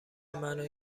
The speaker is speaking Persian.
منو